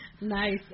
Nice